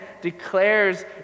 declares